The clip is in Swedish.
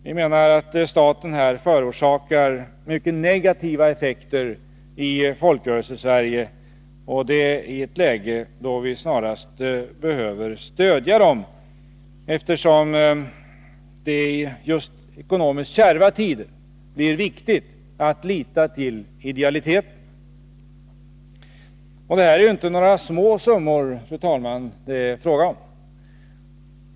Vi menar att staten härigenom förorsakar mycket negativa effekter i Folkrörelsesverige, och det i ett läge då vi snarare skulle behöva stödja folkrörelserna, eftersom det i ekonomiskt kärva tider är viktigt att lita till idealiteten. Det är inte några små summor det här rör sig om.